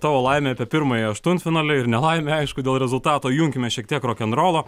tavo laimė apie pirmąjį aštuntfinalį ir nelaimę aišku dėl rezultato įjunkime šiek tiek rokenrolo